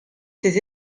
ses